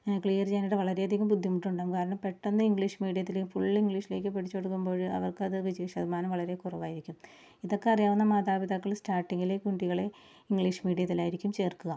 clear ചെയ്യാനായിട്ട് വളരെയധികം ബുദ്ധിമുട്ടുണ്ടാകും കാരണം പെട്ടന്ന് ഇംഗ്ലീഷ് മീഡിയത്തിൽ ഫുള് ഇംഗ്ലീഷിലെക്ക് പഠിച്ചുതുടങ്ങുമ്പോൾ അവര്ക്കത് വിജയശതമാനം വളരെ കുറവായിരിക്കും ഇതൊക്കെ അറിയാവുന്ന മാതാപിതാക്കൾ സ്റ്റാര്ട്ടിങ്ങിലേ കുട്ടികളെ ഇംഗ്ലീഷ് മീഡിയത്തിലായിരിക്കും ചേര്ക്കുക